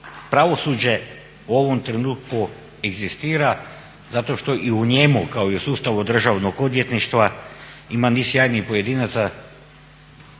pravosuđe u ovom trenutku egzistira zato što i u njemu kao i u sustavu državnog odvjetništva ima niz sjajnih pojedinaca,